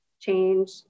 change